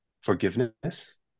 forgiveness